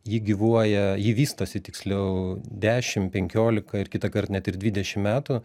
ji gyvuoja ji vystosi tiksliau dešimt penkiolika ir kitąkart net ir dvidešim metų